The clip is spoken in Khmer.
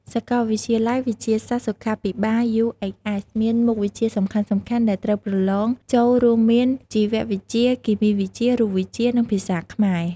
សាកលវិទ្យាល័យវិទ្យាសាស្ត្រសុខាភិបាល UHS មានមុខវិជ្ជាសំខាន់ៗដែលត្រូវប្រឡងចូលរួមមាន ជីវវិទ្យា គីមីវិទ្យា រូបវិទ្យា និងភាសាខ្មែរ។